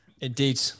Indeed